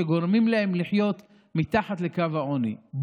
שגורמת להם לחיות מתחת לקו העוני.